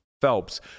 Phelps